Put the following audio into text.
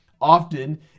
often